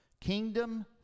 Kingdom